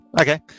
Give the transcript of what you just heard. Okay